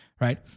Right